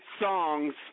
songs